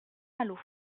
malo